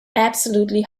absolutely